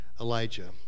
Elijah